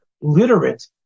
literate